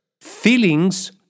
Feelings